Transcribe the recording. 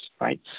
right